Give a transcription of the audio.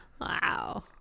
Wow